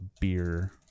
beer